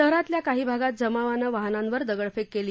शहरातल्या काही भागात जमावाने वाहनांवर दगडफेक केली